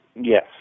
Yes